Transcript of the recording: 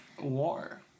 war